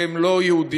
שהן לא יהודיות,